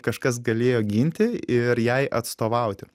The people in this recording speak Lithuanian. kažkas galėjo ginti ir jai atstovauti